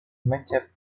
mycie